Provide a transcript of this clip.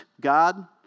God